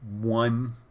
one